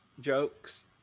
jokes